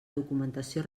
documentació